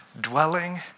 dwelling